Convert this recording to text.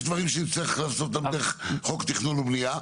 יש דברים שנצטרך לעשות דרך חוק התכנון והבנייה.